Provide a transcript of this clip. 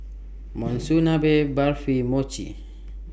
Monsunabe Barfi Mochi